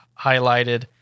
highlighted